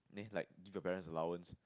it's like give your parents allowance